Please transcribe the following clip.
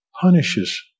punishes